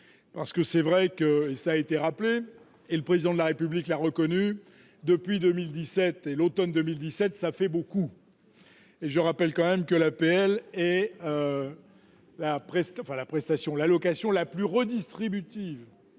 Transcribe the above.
parce que c'est vrai que ça a été rappelé, et le président de la République l'a reconnu, depuis 2017 et l'Automne 2017, ça fait beaucoup. Et je rappelle quand même que l'APL et la presse, enfin la prestation l'allocation la plus redistributive